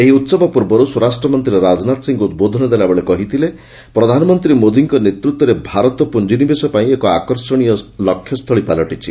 ଏହି ଉତ୍ସବ ପୂର୍ବରୁ ସ୍ୱରାଷ୍ଟ୍ର ମନ୍ତ୍ରୀ ରାଜନାଥ ସିଂ ଉଦ୍ବୋଧନ ଦେଲାବେଳେ କହିଥିଲେ ପ୍ରଧାନମନ୍ତ୍ରୀ ମୋଦିଙ୍କ ନେତୃତ୍ୱରେ ଭାରତ ପୁଞ୍ଜିନିବେଶ ପାଇଁ ଏକ ଆକର୍ଷଣୀୟ ଲକ୍ଷ୍ୟସ୍ଥଳୀ ପାଲଟିଛି